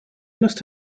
must